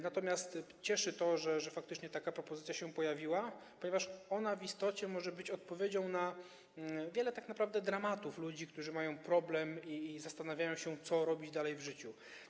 Natomiast cieszy to, że faktycznie taka propozycja się pojawiła, ponieważ ona w istocie może być odpowiedzią na wiele tak naprawdę dramatów ludzi, którzy mają problem, i zastanawiają się, co dalej w życiu robić.